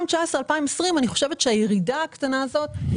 אני חושבת שהירידה הקטנה בשנת 2020-2019